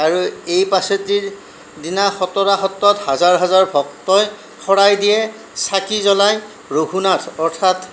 আৰু এই পঁচতিৰ দিনা খচৰা সত্ৰত হাজাৰ হাজাৰ ভক্তই শৰাই দিয়ে চাকি জ্বলাই ৰঘুনাথ অৰ্থাৎ